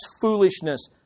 foolishness